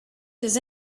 does